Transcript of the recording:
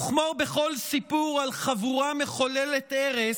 כמו בכל סיפור על חבורה מחוללת הרס,